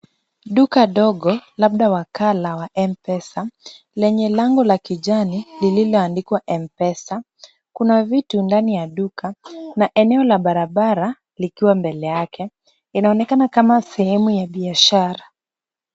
Duka ndogo labda wakala wa M-Pesa, lenye mlango wa kijani lililoandikwa M-Pesa. Kuna vitu ndani ya duka na eneo la barabara likiwa mbele yake. Inaonekana kama sehemu ya biashara.